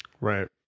Right